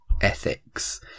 ethics